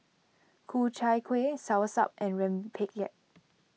Ku Chai Kuih Soursop and Rempeyek